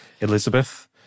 Elizabeth